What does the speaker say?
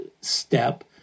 step